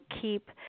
keep